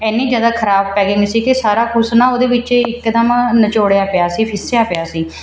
ਇੰਨੀ ਜ਼ਿਆਦਾ ਖਰਾਬ ਪੈਕਿੰਗ ਸੀ ਕਿ ਸਾਰਾ ਕੁਛ ਨਾ ਉਹਦੇ ਵਿੱਚ ਇੱਕਦਮ ਨਿਚੋੜਿਆ ਪਿਆ ਸੀ ਫਿੱਸਿਆ ਪਿਆ ਸੀ